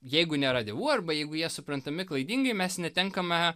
jeigu nėra dievų arba jeigu jie suprantami klaidingai mes netenkame